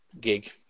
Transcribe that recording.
gig